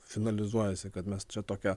finalizuojasi kad mes čia tokia